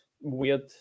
weird